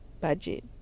budget